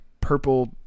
purple